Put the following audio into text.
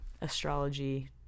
astrology